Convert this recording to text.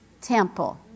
temple